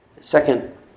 Second